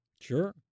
Sure